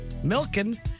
Milking